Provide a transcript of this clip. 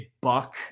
buck